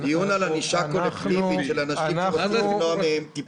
זה דיון על ענישה קולקטיבית של אנשים שרוצים למנוע מהם טיפול חיוני.